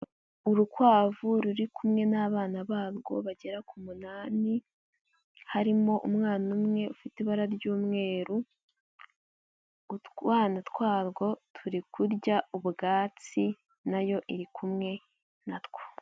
Urukwavu ruri kumwe n'abana barwo bagera ku munani, harimo umwana umwe ufite ibara ry'umweru, utwana twarwo turi kurya ubwatsi na yo iri kumwe na two.